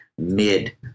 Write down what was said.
mid